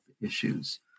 issues